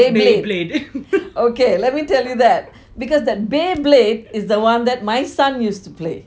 beyblade ok let me tell you that because that beyblade is the one that my son used to play